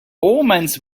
omens